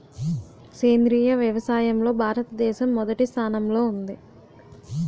సేంద్రీయ వ్యవసాయంలో భారతదేశం మొదటి స్థానంలో ఉంది